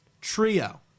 Trio